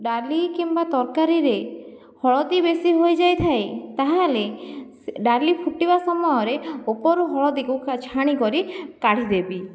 ଡାଲି କିମ୍ବା ତରକାରୀରେ ହଳଦୀ ବେଶୀ ହୋଇଯାଇଥାଏ ତାହାଲେ ସେ ଡାଲି ଫୁଟିବା ସମୟରେ ଉପରୁ ହଲଦୀକୁ ଛାଣିକରି କାଢ଼ିଦେବି